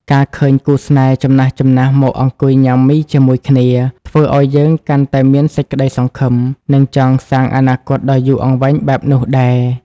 ការឃើញគូស្នេហ៍ចំណាស់ៗមកអង្គុយញ៉ាំមីជាមួយគ្នា ធ្វើឱ្យយើងកាន់តែមានសេចក្តីសង្ឃឹម និងចង់សាងអនាគតដ៏យូរអង្វែងបែបនោះដែរ។